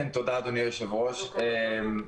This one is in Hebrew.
עידן רול,